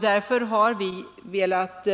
Därför har vi velat